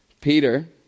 Peter